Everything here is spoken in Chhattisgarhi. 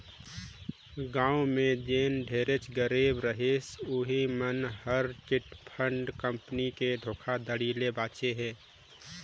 गाँव में जेन ढेरेच गरीब रहिस उहीं मन हर चिटफंड कंपनी के धोखाघड़ी ले बाचे हे